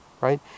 right